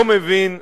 לא מבין,